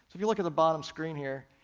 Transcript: if you look at the bottom screen here,